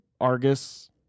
Argus